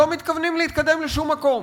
שלא מתכוונים להתקדם לשום מקום.